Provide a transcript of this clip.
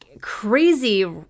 crazy